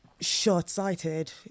short-sighted